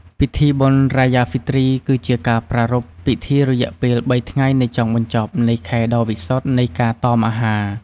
ពិធីបុណ្យ រ៉ាយ៉ា ហ្វីទ្រី គឺជាការប្រារព្ធពិធីរយៈពេលបីថ្ងៃនៃចុងបញ្ចប់នៃខែដ៏វិសុទ្ធនៃការតមអាហារ។